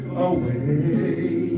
away